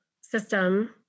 system